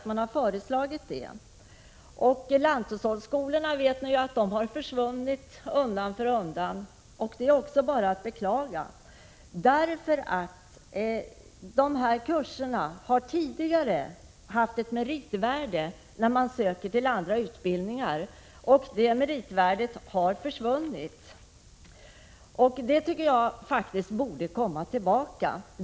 Vi vet ju att lanthushållsskolorna har försvunnit undan för undan. Det är också bara att beklaga. De kurserna hade tidigare ett meritvärde när man sökte till andra utbildningar. Det meritvärdet har försvunnit, men jag anser att det borde komma tillbaka.